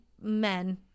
men